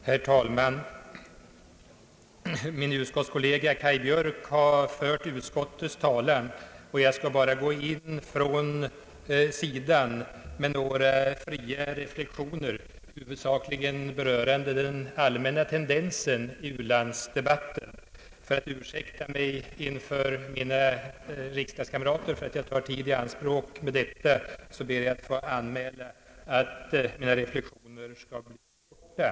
Herr talman! Min utskottskollega Kaj Björk har fört utskottets talan, och jag skall bara gå in från sidan med några fria reflexioner, huvudsakligen berörande den allmänna tendensen i u-landsdebatten. För att ursäkta mig inför mina riksdagskamrater för att jag tar tid i anspråk för detta ber jag att få anmäla att mina reflexioner skall bli korta.